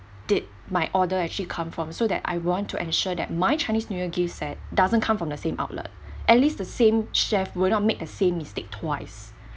did my order actually come from so that I want to ensure that my chinese new year gift set doesn't come from the same outlet at least the same chef will not make the same mistake twice